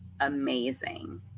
amazing